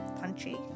punchy